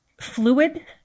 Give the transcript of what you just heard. fluid